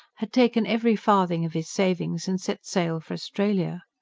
had taken every farthing of his savings and set sail for australia.